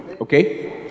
okay